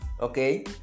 Okay